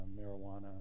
marijuana